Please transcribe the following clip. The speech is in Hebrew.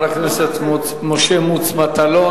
תודה לחבר הכנסת משה מוץ מטלון.